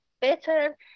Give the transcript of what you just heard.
better